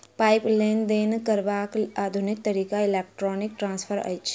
पाइक लेन देन करबाक आधुनिक तरीका इलेक्ट्रौनिक ट्रांस्फर अछि